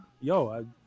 Yo